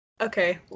Okay